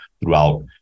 throughout